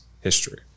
history